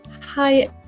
Hi